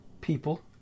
people